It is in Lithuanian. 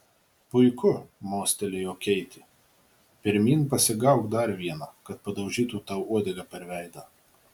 puiku mostelėjo keitė pirmyn pasigauk dar vieną kad padaužytų tau uodega per veidą